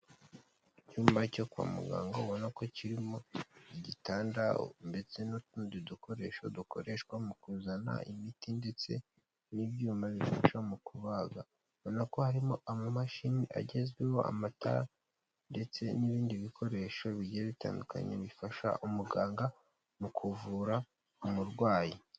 Icyumba cyo kwa muganga ubona ko kirimo igitandaro ndetse n'utundi dukoresho dukoreshwa mu kuzana imiti ndetse n'ibyuma bifasha mu kubaga ubona ko harimo ama mashini agezweho, amatara ndetse n'ibindi bikoresho bigiye bitandukanye bifasha umuganga mu kuvura umurwayi.